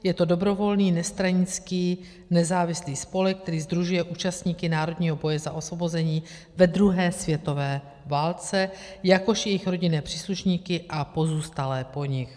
Je to dobrovolný nestranický nezávislý spolek, který sdružuje účastníky národního boje za osvobození ve druhé světové válce, jakož i jejich rodinné příslušníky a pozůstalé po nich.